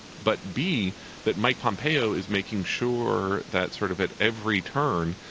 but be that mike pompeo is making sure that sort of at every turn,